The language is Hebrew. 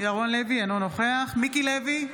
אינו נוכח מיקי לוי,